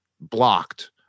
blocked